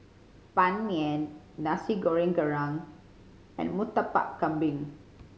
Ban Mian Nasi Goreng Kerang and Murtabak Kambing